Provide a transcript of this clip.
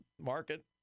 market